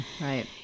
Right